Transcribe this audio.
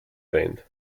band